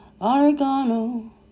oregano